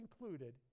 included